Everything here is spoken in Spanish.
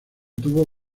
tuvo